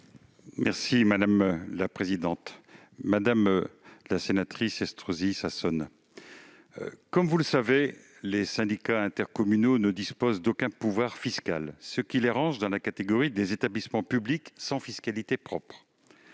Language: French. le ministre délégué. Madame la sénatrice Estrosi Sassone, comme vous le savez, les syndicats intercommunaux ne disposent d'aucun pouvoir fiscal, ce qui les range dans la catégorie des établissements publics sans fiscalité propre.